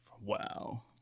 Wow